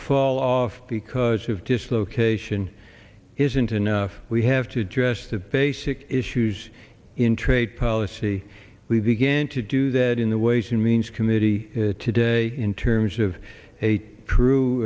fall off because of dislocation isn't enough we have to address the basic issues in trade policy we began to do that in the ways and means committee today in terms of a